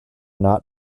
not